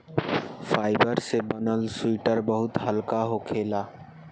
fibre से बनल sweater बहुत हल्का होखेला